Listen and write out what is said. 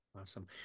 Awesome